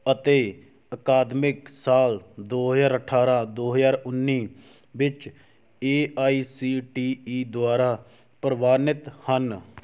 ਅਤੇ ਅਕਾਦਮਿਕ ਸਾਲ ਦੋ ਹਜ਼ਾਰ ਅਠਾਰ੍ਹਾਂ ਦੋ ਹਜ਼ਾਰ ਉੱਨੀ ਵਿੱਚ A I C T E ਦੁਆਰਾ ਪ੍ਰਵਾਨਿਤ ਹਨ